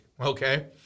okay